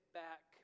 back